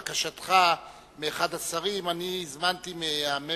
בהתאם לבקשתך מאחד השרים אני הזמנתי מהממ"מ,